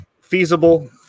feasible